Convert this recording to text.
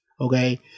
Okay